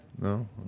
No